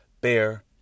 Bear